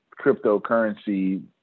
cryptocurrency